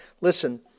Listen